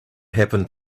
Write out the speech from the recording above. happened